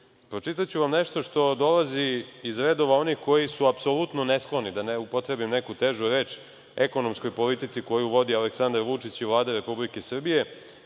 Rusiju. Pročitaću vam nešto što dolazi iz redova onih koji su apsolutno neskloni, da ne upotrebim neku težu reč, ekonomskoj politici koju vodi Aleksandar Vučić i Vlada Republike Srbije.